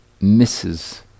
misses